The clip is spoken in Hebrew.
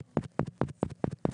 תושב בית-אל שנהרג הלילה בסיום